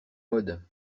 mode